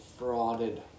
frauded